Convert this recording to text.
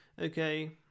okay